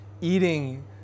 eating